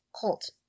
Cult